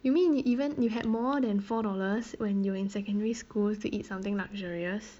you mean you even you had more than four dollars when you were in secondary school to eat something luxurious